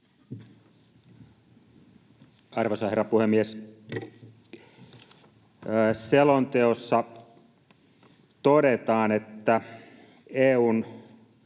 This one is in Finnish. Arvoisa herra puhemies! Selonteossa todetaan, että EU:n